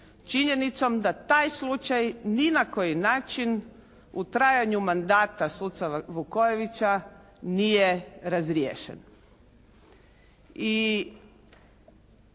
činjenicom da taj slučaj ni na koji način u trajanju mandata suca Vukojevića nije razriješen.